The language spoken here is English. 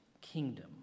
kingdom